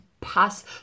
pass